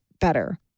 better